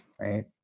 right